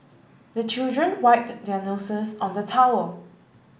the children wipe their noses on the towel